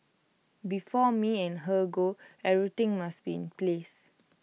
before me and her go everything must be in place